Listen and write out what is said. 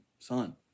son